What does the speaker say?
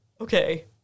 okay